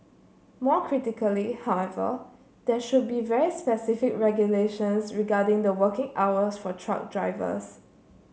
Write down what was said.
more critically however there should be very specific regulations regarding the working hours for truck drivers